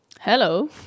Hello